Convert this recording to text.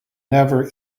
never